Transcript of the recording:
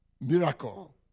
Miracle